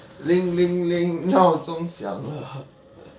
铃领领闹钟响了